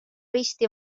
risti